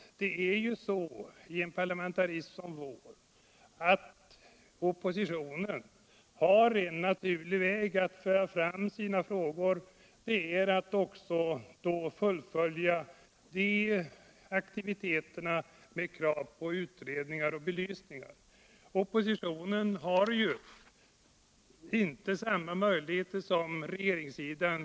Det är ju så i en parlamentarism som vår, att när oppositionen för fram sina frågor är det naturligt att också fullfölja aktiviteterna med krav på utredningar och belysningar. Oppositionen har ju inte samma utredningsresurser som regeringssidan.